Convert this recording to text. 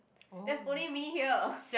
there's only me here